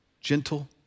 gentle